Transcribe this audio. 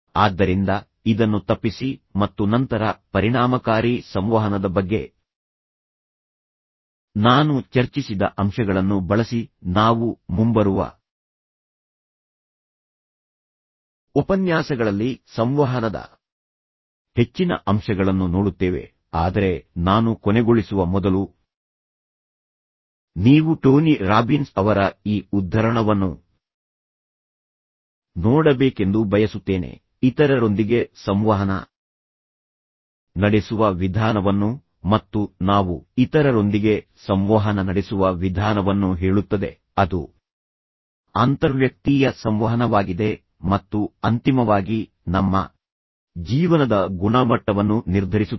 ಆದ್ದರಿಂದ ಇದನ್ನು ತಪ್ಪಿಸಿ ಮತ್ತು ನಂತರ ಪರಿಣಾಮಕಾರಿ ಸಂವಹನದ ಬಗ್ಗೆ ನಾನು ಚರ್ಚಿಸಿದ ಅಂಶಗಳನ್ನು ಬಳಸಿ ನಾವು ಮುಂಬರುವ ಉಪನ್ಯಾಸಗಳಲ್ಲಿ ಸಂವಹನದ ಹೆಚ್ಚಿನ ಅಂಶಗಳನ್ನು ನೋಡುತ್ತೇವೆ ಆದರೆ ನಾನು ಕೊನೆಗೊಳಿಸುವ ಮೊದಲು ನೀವು ಟೋನಿ ರಾಬಿನ್ಸ್ ಅವರ ಈ ಉದ್ಧರಣವನ್ನು ನೋಡಬೇಕೆಂದು ಬಯಸುತ್ತೇನೆ ಇತರರೊಂದಿಗೆ ಸಂವಹನ ನಡೆಸುವ ವಿಧಾನವನ್ನು ಮತ್ತು ನಾವು ಇತರರೊಂದಿಗೆ ಸಂವಹನ ನಡೆಸುವ ವಿಧಾನವನ್ನು ಹೇಳುತ್ತದೆ ಅದು ಅಂತರ್ವ್ಯಕ್ತೀಯ ಸಂವಹನವಾಗಿದೆ ಮತ್ತು ಅಂತಿಮವಾಗಿ ನಮ್ಮ ಜೀವನದ ಗುಣಮಟ್ಟವನ್ನು ನಿರ್ಧರಿಸುತ್ತದೆ